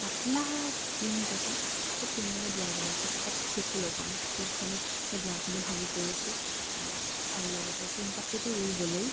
পাতলা টিন যে পায় সেই টিনেৰে দুৱাৰ বনাইছিল তাত হুকো লগোৱা নাই টিনখনো সেই দুৱাৰখনো ভাঙি পৰিছে আৰু লগতে টিনপাতটোতো উৰি গ'লেই